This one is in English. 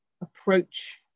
approach